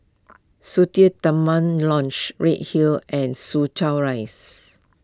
Sungei Tengah Lodge Redhill and Soo Chow Rise